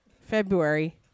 February